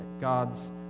God's